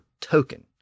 token